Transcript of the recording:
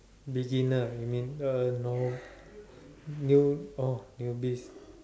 beginner you mean uh no new oh newbies